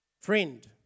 Friend